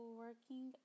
working